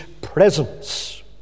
presence